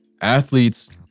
Athletes